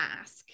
ask